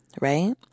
right